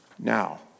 Now